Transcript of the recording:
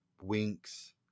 Winks